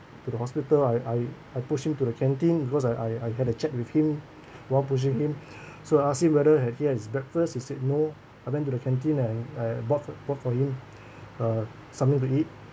to the hospital I I I pushed him to the canteen because I I I had a chat with him while pushing him so I asked him whether had he has breakfast he said no I went to the canteen and I brought food brought for him uh something to eat